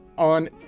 On